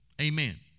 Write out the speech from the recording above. Amen